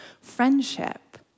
friendship